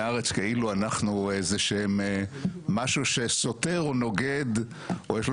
הארץ כאילו אנחנו איזה שהוא משהו שסותר או נוגד או יש לנו